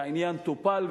והעניין טופל,